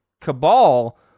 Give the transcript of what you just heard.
Cabal